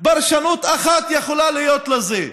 פרשנות אחת יכולה להיות לזה,